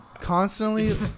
constantly